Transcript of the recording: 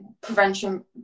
prevention